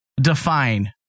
define